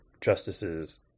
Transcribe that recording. justices